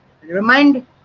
Remind